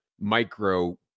micro